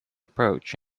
approach